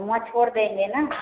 हम वहाँ छोड़ देंगे न